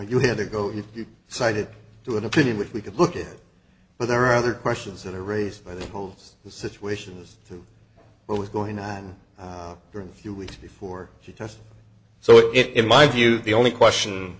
you had to go if you decided to an opinion which we could look at but there are other questions that are raised by the whole situation as to what was going on for a few weeks before she does so it in my view the only question